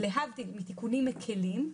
להבדיל מתיקונים מקלים.